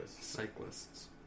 Cyclists